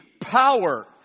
power